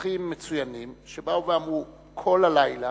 מאזרחים מצוינים שאמרו שכל הלילה,